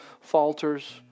falters